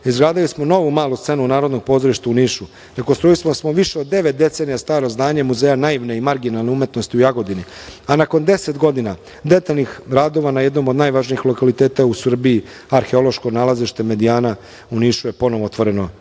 izgradili smo novu malu scenu Narodnog pozorišta u Nišu. Takođe, rekonstruisali smo više od devet decenija staro zdanje Muzeja naivne i marginalne umetnosti u Jagodini, a nakon deset godina detaljnih radova na jednom od najvažnijih lokaliteta u Srbiji, arheološko nalazište „Medijana“ u Nišu je ponovo otvoreno